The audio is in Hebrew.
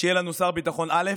שיהיה לנו שר ביטחון א'